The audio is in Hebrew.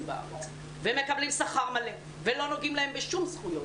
אצלנו בארץ והם מקבלים שכר מלא ולא נוגעים להם בשום זכויות.